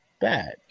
bad